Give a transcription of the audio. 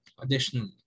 Additionally